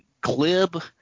glib